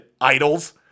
Idols